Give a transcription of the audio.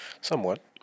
somewhat